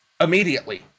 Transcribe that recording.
Immediately